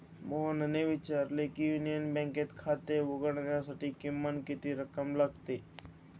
मोहनने विचारले की युनियन बँकेत खाते उघडण्यासाठी किमान किती रक्कम लागते?